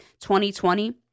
2020